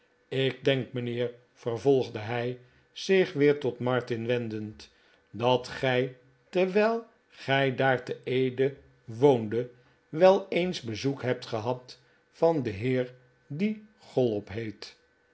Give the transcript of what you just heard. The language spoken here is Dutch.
ik denk mijnheer vervolgde hij zich weer tot martin wendend dat gij terwijl gij daar te eden woondet wel eens bezoek hebt gehad van een heer die chollop heet